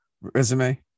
resume